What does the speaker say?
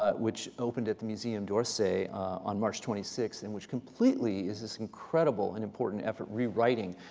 ah which opened at the museum d'orsay on march twenty six, and which completely is this incredible and important effort rewriting,